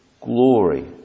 glory